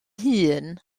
hŷn